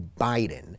Biden